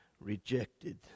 rejected